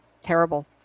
Terrible